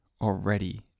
already